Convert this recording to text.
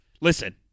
listen